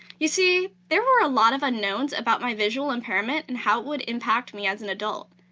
you see, there were a lot of unknowns about my visual impairment and how it would impact me as an adult.